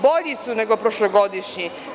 Bolji su nego prošlogodišnji.